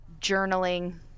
journaling